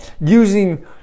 using